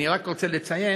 אני רק רוצה לציין,